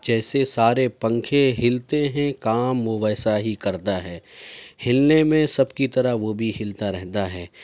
جیسے سارے پنکھے ہلتے ہیں کام وہ ویسا ہی کرتا ہے ہلنے میں سب کی طرح وہ بھی ہلتا رہتا ہے